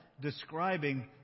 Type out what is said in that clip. describing